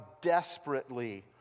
desperately